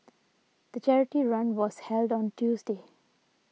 the charity run was held on Tuesday